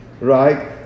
right